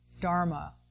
Dharma